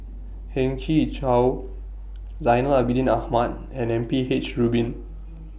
Heng Chee How Zainal Abidin Ahmad and M P H Rubin